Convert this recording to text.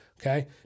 Okay